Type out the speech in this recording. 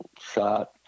shot